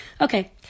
Okay